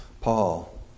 Paul